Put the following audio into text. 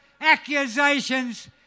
accusations